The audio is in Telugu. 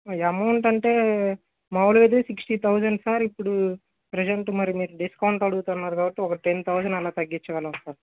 అమౌంట్ అంటే మాములుగా అయితే సిక్స్టీ థౌజండ్ సార్ ఇప్పుడు ప్రెజెంట్ మరి మీరు డిస్కౌంట్ అడుగుతున్నారు కాబట్టి ఒక టెన్ థౌజండ్ అలా తగ్గించగలం సార్